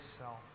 self